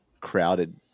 crowded